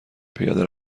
پیاده